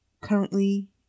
currently